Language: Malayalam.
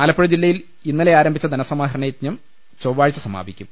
ആലപ്പുഴജില്ലയിൽ ഇന്നലെ ആരംഭിച്ച ധനസമാഹരണം ചൊവ്വാഴ്ച സമാപിക്കും